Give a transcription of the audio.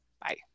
Bye